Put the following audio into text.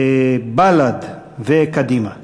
בל"ד וקדימה.